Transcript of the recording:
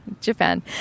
Japan